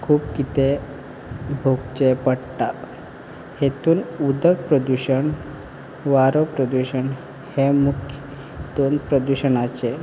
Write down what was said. खूब कितें भोगचें पडटा हेतूंत उदक प्रदुशण वारो प्रदुशणांत हें मुख्य हेतून प्रदुशणाचे